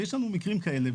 ויש לנו מקרים כאלה.